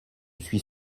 suis